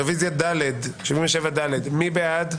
רביזיה על 56. מי בעד?